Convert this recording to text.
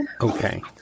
Okay